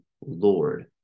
lord